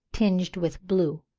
tinged with blue.